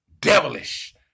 devilish